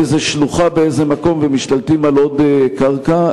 שלוחה באיזה מקום ומשתלטים על עוד קרקע.